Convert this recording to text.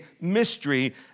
mystery